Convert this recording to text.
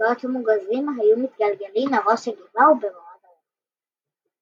ומשקאות מוגזים היו מתגלגלים מראש הגבעה ובמורד הרחוב.